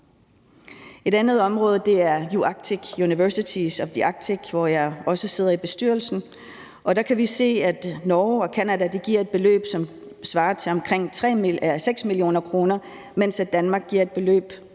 Et andet område er UArctic, University of the Arctic, hvor jeg også sidder i bestyrelsen, og der kan vi se, at Norge og Canada giver et beløb, som svarer til omkring 6 mio. kr., mens Danmark giver et beløb